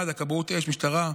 מד"א, כבאות האש, משטרה,